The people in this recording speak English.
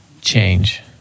change